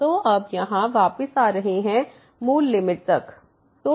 तो अब यहाँ वापस आ रहे हैं मूल लिमिट तक